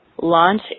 launch